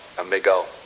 amigo